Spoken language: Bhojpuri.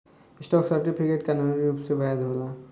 स्टॉक सर्टिफिकेट कानूनी रूप से वैध होला